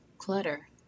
Clutter